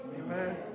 Amen